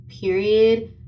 period